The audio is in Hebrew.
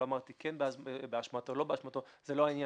לא אמרתי שזה באשמתו או לא באשמתו זה לא העניין.